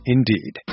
Indeed